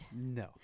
No